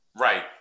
Right